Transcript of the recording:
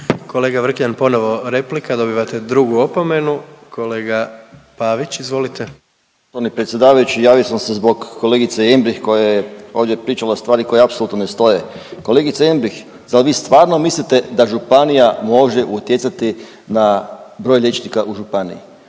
Kolega Vrkljan ponovo replika, dobivate drugu opomenu. Kolega Pavić, izvolite. **Pavić, Željko (Socijaldemokrati)** Gospodine predsjedavajući javio sam se zbog kolegice Jembrih koja je ovdje pričala stvari koje apsolutno ne stoje. Kolegice Jembrih zar vi stvarno mislite da županija može utjecati na broj liječnika u županiji?